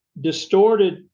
distorted